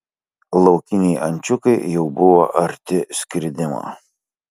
laukiniai ančiukai jau buvo arti skridimo